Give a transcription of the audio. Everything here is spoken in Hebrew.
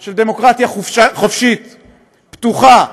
של דמוקרטיה חופשית, פתוחה,